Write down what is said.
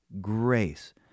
grace